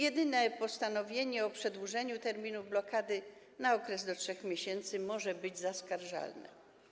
Jedynie postanowienie o przedłużeniu terminu blokady na okres do 3 miesięcy może być zaskarżalne.